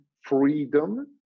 freedom